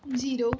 zero